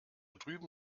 drüben